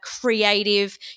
creative